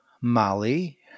Molly